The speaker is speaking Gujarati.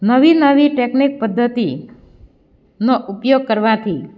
નવી નવી ટેકનિક પદ્ધતિનો ઉપયોગ કરવાથી